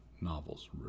novels